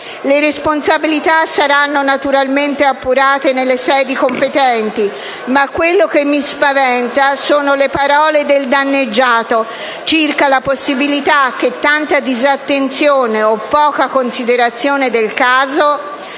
Le responsabilità saranno naturalmente appurate nelle sedi competenti, ma quello che mi spaventa sono le parole del danneggiato circa la possibilità che tanta disattenzione o poca considerazione del caso